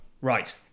Right